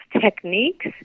techniques